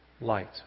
light